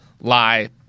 lie